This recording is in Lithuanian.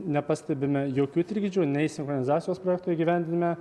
nepastebime jokių trikdžių nei sinchronizacijos projekto įgyvendinime